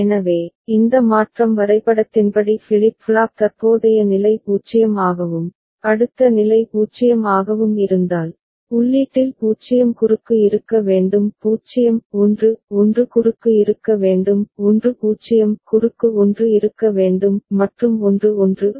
எனவே இந்த மாற்றம் வரைபடத்தின்படி ஃபிளிப் ஃப்ளாப் தற்போதைய நிலை 0 ஆகவும் அடுத்த நிலை 0 ஆகவும் இருந்தால் உள்ளீட்டில் 0 குறுக்கு இருக்க வேண்டும் 0 1 1 குறுக்கு இருக்க வேண்டும் 1 0 குறுக்கு 1 இருக்க வேண்டும் மற்றும் 1 1 குறுக்கு 0 இருக்க வேண்டும்